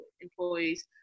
employees